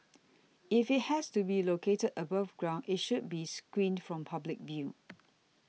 if it has to be located above ground it should be screened from public view